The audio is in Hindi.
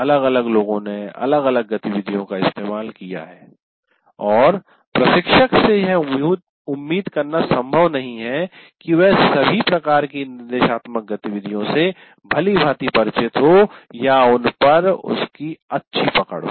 अलग अलग लोगों ने अलग अलग गतिविधियों का इस्तेमाल किया है और प्रशिक्षक से यह उम्मीद करना संभव नहीं है कि वह सभी प्रकार की निर्देशात्मक गतिविधियों से भलीभांति परिचित हो या उन पर अच्छी पकड़ हो